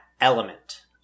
element